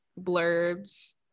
blurbs